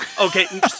Okay